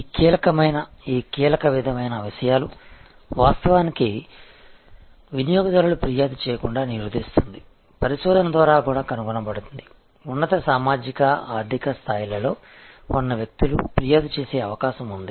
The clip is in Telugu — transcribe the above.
ఈ కీలక విధమైన విషయాలు వాస్తవానికి వినియోగదారులు ఫిర్యాదు చేయకుండా నిరోధిస్తుంది పరిశోధన ద్వారా కూడా కనుగొనబడింది ఉన్నత సామాజిక ఆర్థిక స్థాయిలలో ఉన్న వ్యక్తులు ఫిర్యాదు చేసే అవకాశం ఉంది